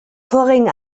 vorherigen